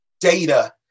data